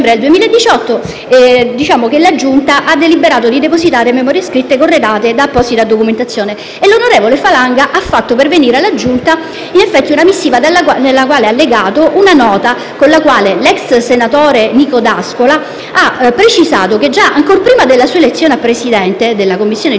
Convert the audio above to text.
senatore Falanga la possibilità di depositare memorie scritte corredate eventualmente da apposita documentazione. L'onorevole Falanga ha quindi fatto pervenire alla Giunta una missiva alla quale ha allegato una nota con la quale l'ex senatore Nico D'Ascola ha precisato che già ancor prima della sua elezione a Presidente della Commissione giustizia del